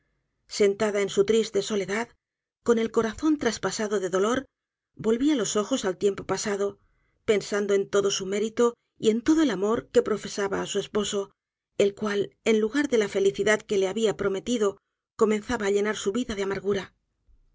sentada en su triste soledad con el corazón traspasado de dolor volvía los ojos al tiempo pasado pensando en todo su mérito y en todo el amor que profesaba á su esposo el cual en lugar de la felicidad que le habia prometido comenzaba á llenar su vida de amargura